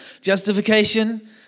Justification